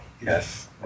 Yes